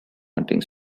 hunting